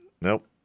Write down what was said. nope